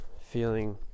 feeling